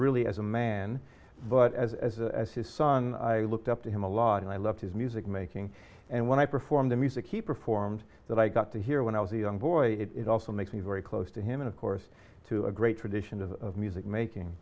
really as a man but as as as his son i looked up to him a lot and i loved his music making and when i performed the music he performed that i got to hear when i was a young boy it also makes me very close to him and of course to a great tradition of music making